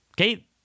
Okay